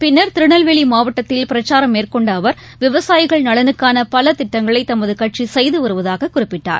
பின்னர் திருநெல்வேலிமாவட்டத்தில் பிரச்சாரம் மேற்கொண்டஅவர் விவசாயிகள் நலனுக்கானபலதிட்டங்களைதமதுகட்சிசெய்துவருவதாககுறிப்பிட்டார்